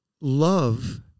Love